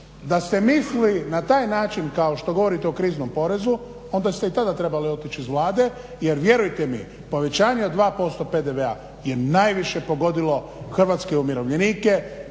Da ste mislili na taj način kao što govorite o kriznom porezu onda ste i tada trebali otići iz Vlade jer vjerujte mi povećanje od 2% PDV-a je najviše pogodilo hrvatske umirovljenike